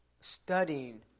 studying